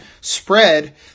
spread